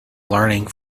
learning